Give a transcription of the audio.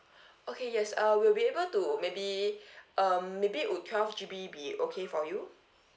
okay yes uh we'll be able to maybe um maybe would twelve G_B be okay for you